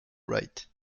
wright